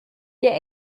der